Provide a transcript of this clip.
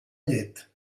llet